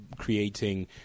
creating